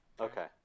okay